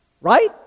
Right